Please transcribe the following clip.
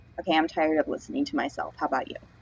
okay, i'm tired of listening to myself how about you?